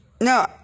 No